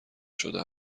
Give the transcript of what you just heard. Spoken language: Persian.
شده